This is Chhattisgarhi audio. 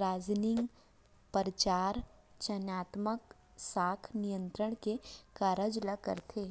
रासनिंग, परचार, चयनात्मक साख नियंत्रन के कारज ल करथे